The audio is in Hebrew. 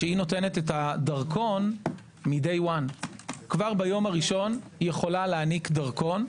שהיא נותנת את הדרכון מדיי 1. כבר ביום הראשון יכולה להעניק דרכון.